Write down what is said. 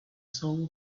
soul